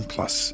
Plus